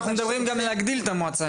אנחנו מדברים גם להגדיל את המועצה,